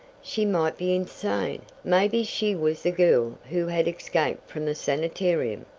she might be insane! maybe she was the girl who had escaped from the sanitarium!